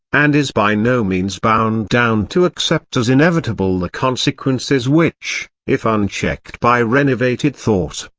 and is by no means bound down to accept as inevitable the consequences which, if unchecked by renovated thought,